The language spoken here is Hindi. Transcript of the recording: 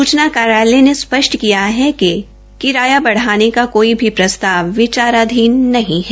सूचना पत्र कार्यालय ने स्पष्ट किया है किराये बढ़ाने काकोई भी प्रस्ताव विचाराधीन नहीं है